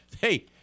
Hey